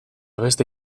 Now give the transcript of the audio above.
beste